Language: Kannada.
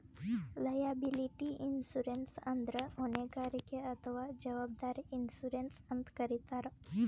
ಲಯಾಬಿಲಿಟಿ ಇನ್ಶೂರೆನ್ಸ್ ಅಂದ್ರ ಹೊಣೆಗಾರಿಕೆ ಅಥವಾ ಜವಾಬ್ದಾರಿ ಇನ್ಶೂರೆನ್ಸ್ ಅಂತ್ ಕರಿತಾರ್